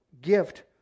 gift